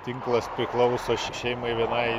tinklas priklausantis šeimai vienai